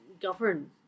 govern